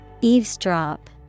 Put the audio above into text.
eavesdrop